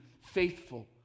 faithful